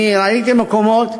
אני ראיתי מקומות.